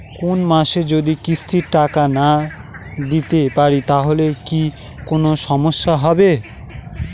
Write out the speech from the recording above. কোনমাসে যদি কিস্তির টাকা না দিতে পারি তাহলে কি কোন সমস্যা হবে?